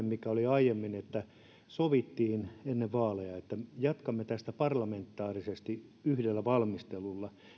mikä oli aiemmin että sovittiin ennen vaaleja että jatkamme tästä parlamentaarisesti yhdellä valmistelulla